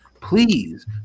please